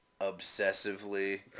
obsessively